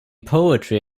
poetry